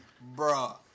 Bro